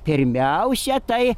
pirmiausia tai